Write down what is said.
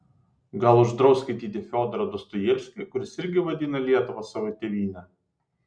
gal uždraus skaityti fiodorą dostojevskį kuris irgi vadino lietuvą savo tėvyne